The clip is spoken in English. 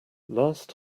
last